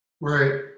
Right